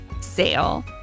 sale